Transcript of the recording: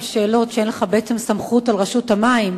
שאלות כשאין לך בעצם סמכות על רשות המים.